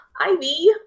ivy